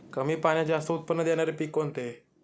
कमी पाण्यात जास्त उत्त्पन्न देणारे पीक कोणते?